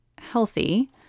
healthy